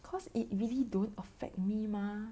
cause it really don't affect me mah